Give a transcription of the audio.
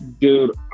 Dude